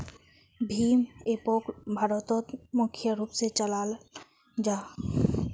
भीम एपोक भारतोत मुख्य रूप से चलाल जाहा